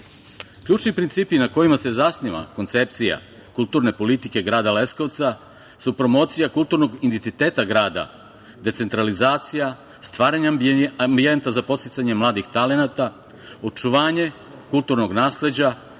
Srbije. Ključni principi na kojima se zasniva koncepcija kulturne politike grada Leskovca su promocija kulturnog identiteta grada, decentralizacija, stvaranje ambijenta za podsticanje mladih talenata, očuvanje kulturnog nasleđa,